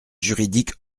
juridique